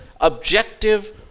objective